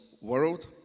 world